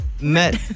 Met